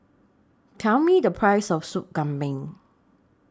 Tell Me The Price of Soup Kambing